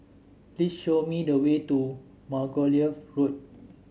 please show me the way to Margoliouth Road